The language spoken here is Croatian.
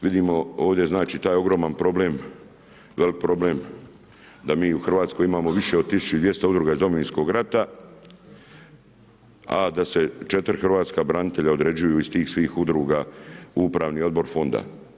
Vidimo ovdje znači taj ogroman problem, veliki problem, da mi u Hrvatskoj imamo više od 1200 udruga iz Domovinskog rata, a da se 4 hrvatskih branitelja, određuju iz tih svih udruga u upravni odbor fonda.